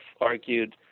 argued